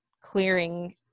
clearing